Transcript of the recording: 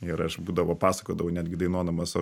ir aš būdavo pasakodavau netgi dainuodamas